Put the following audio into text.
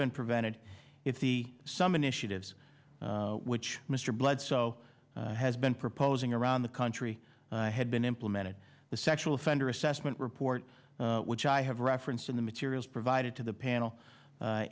been prevented if the some initiatives which mr bledsoe has been proposing around the country had been implemented the sexual offender assessment report which i have referenced in the materials provided to the panel